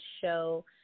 show